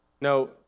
No